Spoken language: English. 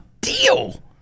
deal